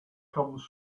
comes